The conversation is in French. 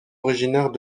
originaire